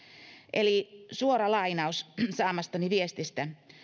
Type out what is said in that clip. eli suora lainaus saamastani viestistä